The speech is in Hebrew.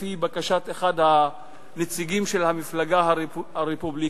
לפי בקשת אחד הנציגים של המפלגה הרפובליקנית,